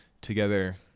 together